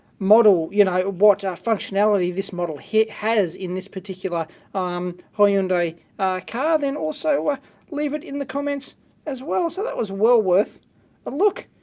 model, you know, what functionality this model he has in this particular um hyundai car, then also ah leave it in the comments as well. so that was well worth a look!